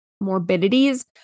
morbidities